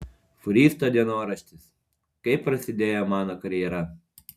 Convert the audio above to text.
fūristo dienoraštis kaip prasidėjo mano karjera